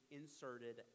inserted